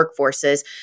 workforces